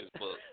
Facebook